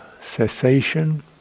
Cessation